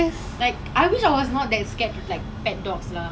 honestly how does it feel to be licked by a dog